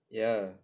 ya